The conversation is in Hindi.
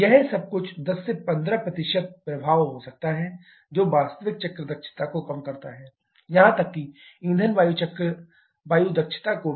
यह सब कुछ 10 15 प्रभाव हो सकता है जो वास्तविक चक्र दक्षता को कम करता है यहां तक कि ईंधन वायु दक्षता को भी